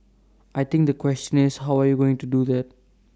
I think the question is how are you going to do that